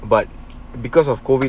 but because of COVID